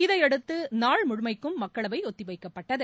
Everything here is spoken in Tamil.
இதையடுத்து நாள் முழுமைக்கு மக்களவை ஒத்திவைக்கப்பட்டது